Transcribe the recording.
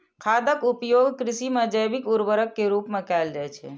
खादक उपयोग कृषि मे जैविक उर्वरक के रूप मे कैल जाइ छै